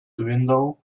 window